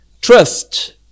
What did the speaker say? Trust